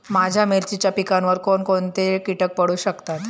माझ्या मिरचीच्या पिकावर कोण कोणते कीटक पडू शकतात?